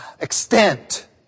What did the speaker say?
extent